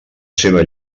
seva